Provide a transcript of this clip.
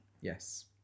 Yes